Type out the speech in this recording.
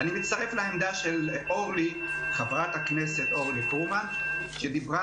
אני מצטרף לעמדה של חברת הכנסת אורלי פרומן שדיברה